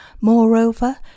Moreover